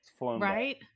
Right